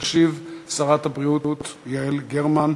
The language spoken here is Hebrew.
תשיב שרת הבריאות יעל גרמן.